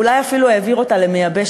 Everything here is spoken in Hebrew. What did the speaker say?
אולי אפילו העביר את הכביסה למייבש,